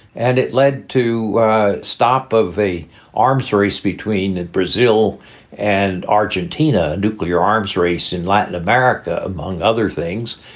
and it led to stop of a arms race between and brazil and argentina, nuclear arms race in latin america, among other things.